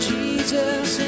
Jesus